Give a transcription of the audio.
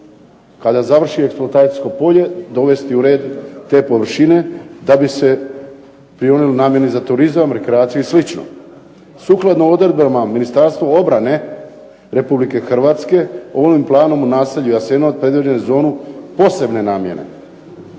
a da završi eksploatacijsko polje dovesti u red te površine da bi se prionuli namjeni za turizam, rekreaciju i slično. Sukladno odredbama Ministarstva obrane Republike Hrvatske ovim planom u naselju Jasenovac predvidjelo je zonu posebne namjene.